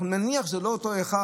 נניח שזה לא אותו אחד,